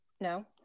No